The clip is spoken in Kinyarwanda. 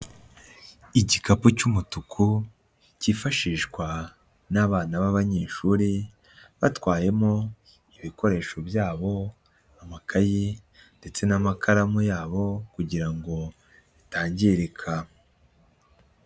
Igikapu cy'umutuku cyifashishwa n'abana b'abanyeshuri batwayemo ibikoresho byabo amakaye ndetse n'amakaramu yabo kugira ngo bitangirika.